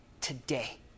today